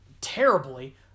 terribly